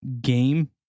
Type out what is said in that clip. game